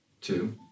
two